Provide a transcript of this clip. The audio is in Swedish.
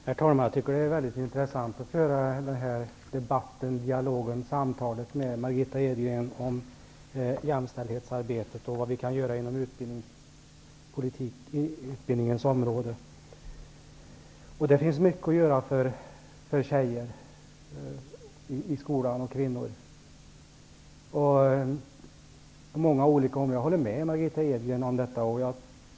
Herr talman! Jag tycker att det är mycket intressant att föra den här dialogen, samtalet, med Margitta Edgren om jämställdhetsarbetet och vad vi kan göra inom utbildningens område. Det finns mycket att göra för tjejer och kvinnor i skolan på många olika områden. Jag håller med Margitta Edgren om detta.